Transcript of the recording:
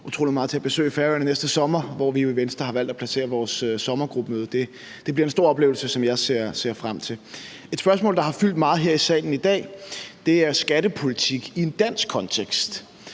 at besøge Færøerne, hvor vi jo i Venstre har valgt at placere vores sommergruppemøde. Det bliver en stor oplevelse, som jeg ser frem til. Et spørgsmål, der har fyldt meget her i salen i dag, handler om skattepolitik i en dansk kontekst.